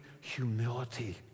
humility